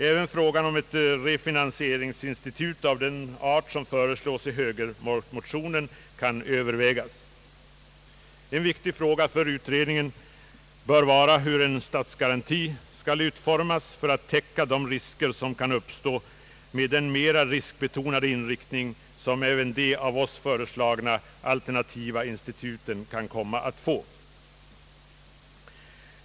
Även frågan om ett refinansieringsinstitut av den art som föreslås i högermotionerna kan övervägas. En viktig fråga för utredningen bör vara hur en statsgaranti skall utformas för att täcka de risker som kan uppstå med den mera riskbetonade inriktning som även de av oss föreslagna alternativa instituten kan komma att få.